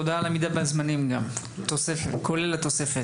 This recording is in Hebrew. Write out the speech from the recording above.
תודה גם על העמידה בזמנים, כולל התוספת.